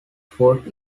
food